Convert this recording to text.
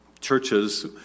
churches